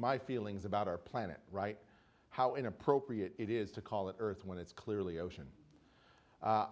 my feelings about our planet how inappropriate it is to call it earth when it's clearly ocean